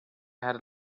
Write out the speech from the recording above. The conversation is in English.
had